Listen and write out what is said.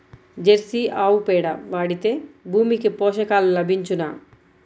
Jersey ఆవు పేడ వాడితే భూమికి పోషకాలు లభించునా?